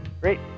Great